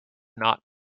not